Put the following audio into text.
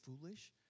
foolish